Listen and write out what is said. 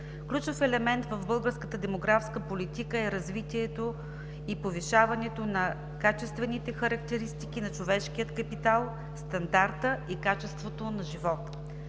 Ключов елемент в българската демографска политика е развитието и повишаването на качествените характеристики на човешкия капитал, стандарта и качеството на живот.